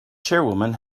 chairwoman